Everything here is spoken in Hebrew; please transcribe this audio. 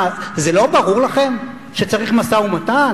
מה, זה לא ברור לכם שצריך משא-ומתן?